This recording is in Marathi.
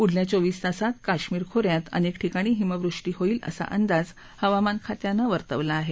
पुढल्या चोवीस तासात काश्मिर खो यात अनेक ठिकाणी हिमवृष्टी होईल असा अंदाज हवामान खात्यानं वर्तवला आहे